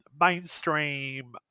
mainstream